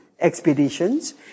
expeditions